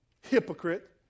hypocrite